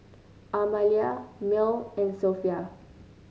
Amalia Mearl and Sophia